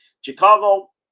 Chicago